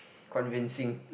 convincing